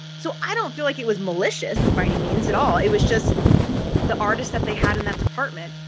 so i don't feel like it was malicious by any means at all. it was just the artists that they had in that department,